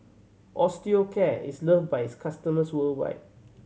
Osteocare is loved by its customers worldwide